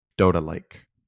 Dota-like